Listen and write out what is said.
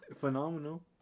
Phenomenal